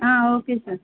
okay sir